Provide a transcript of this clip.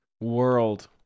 world